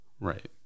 Right